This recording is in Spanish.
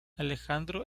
alejandro